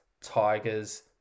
Tigers